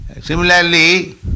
similarly